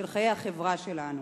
של חיי החברה שלנו,